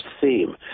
theme